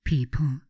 People